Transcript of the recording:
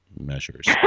measures